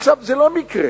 עכשיו, זה לא מקרה,